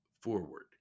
forward